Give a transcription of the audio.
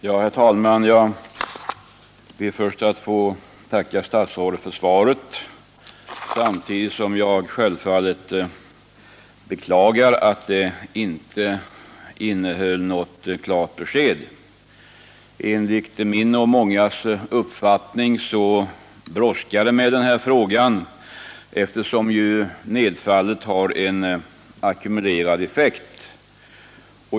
Herr talman! Jag ber först att få tacka statsrådet för svaret, samtidigt som jag självfallet beklagar att det inte innehöll något klart besked. Enligt min och mångas uppfattning brådskar det med denna fråga, eftersom nedfallet har en ackumulerad effekt.